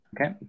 Okay